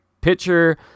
pitcher